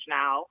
now